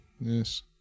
Yes